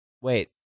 Wait